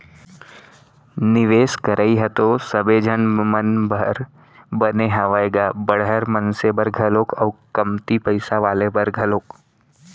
निवेस करई ह तो सबे झन मन बर बने हावय गा बड़हर मनसे बर घलोक अउ कमती पइसा वाले बर घलोक